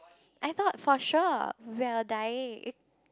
I thought for sure we're dying